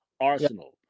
arsenal